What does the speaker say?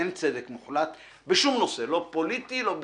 אין צדק מוחלט בשום נושא: לא פוליטי, לא ביטחוני,